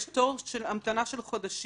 יש תור המתנה של חודשים.